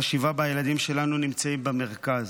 חשיבה שבה הילדים שלנו נמצאים במרכז.